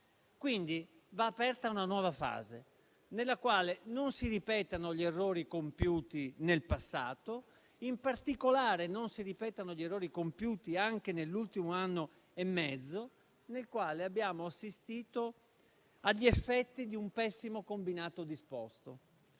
più. Va aperta una nuova fase, nella quale non si ripetano gli errori compiuti nel passato e in particolare non si ripetano gli errori compiuti nell'ultimo anno e mezzo, nel quale abbiamo assistito agli effetti di un pessimo combinato disposto,